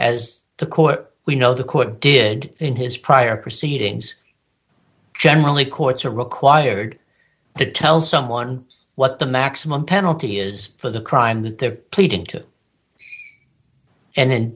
as the court we know the court did in his prior proceedings generally courts are required to tell someone what the maximum penalty is for the crime that they're pleading to and